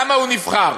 למה הוא נבחר?